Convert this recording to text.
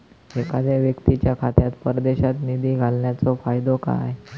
एखादो व्यक्तीच्या खात्यात परदेशात निधी घालन्याचो फायदो काय?